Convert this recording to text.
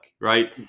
right